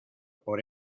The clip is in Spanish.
por